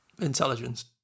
intelligence